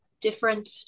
different